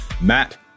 Matt